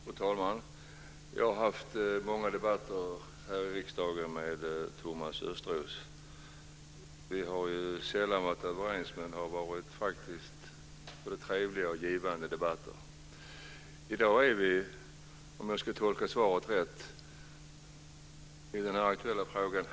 Fru talman! Jag har haft många debatter här i riksdagen med Thomas Östros. Vi har sällan varit överens, men det har faktiskt varit både trevliga och givande debatter. I dag är vi, om jag tolkar svaret rätt, helt överens i den här aktuella frågan.